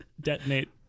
detonate